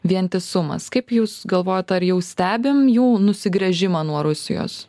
vientisumas kaip jūs galvojat ar jau stebim jų nusigręžimą nuo rusijos